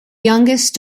youngest